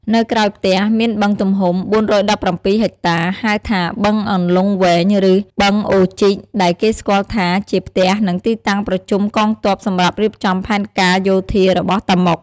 នៅក្រោយផ្ទះមានបឹងទំហំ ៤១៧ ហិកតា ហៅថាបឹងអន្លង់វែង ឬ បឹងអូរជីក ដែលគេស្គាល់ថាជាផ្ទះ និងទីតាំងប្រជុំកងទ័ពសម្រាប់រៀបចំផែនការយោធារបស់តាម៉ុក។